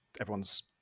everyone's